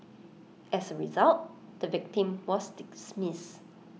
as A result the victim was